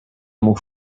mów